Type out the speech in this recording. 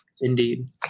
Indeed